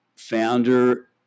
founder